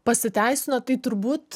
pasiteisino tai turbūt